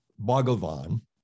Bhagavan